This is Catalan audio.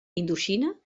indoxina